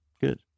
good